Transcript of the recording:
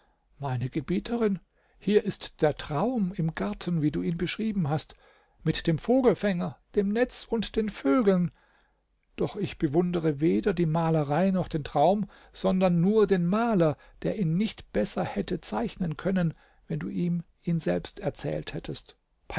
meine gebieterin hier ist der traum im garten wie du ihn beschrieben hast mit dem vogelfänger dem netz und den vögeln doch ich bewundere weder die malerei noch den traum sondern nur den maler der ihn nicht besser hätte zeichnen können wenn du ihm ihn selbst erzählt hättest